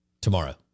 tomorrow